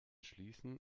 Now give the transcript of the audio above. schließen